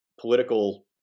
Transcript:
political